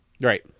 right